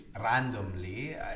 randomly